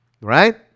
Right